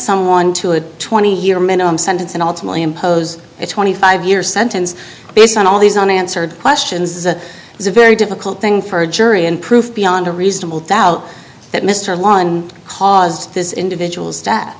someone to a twenty year minimum sentence and ultimately impose its twenty five year sentence based on all these unanswered questions is a very difficult thing for a jury in proof beyond a reasonable doubt that mr one caused this individual